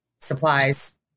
supplies